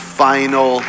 final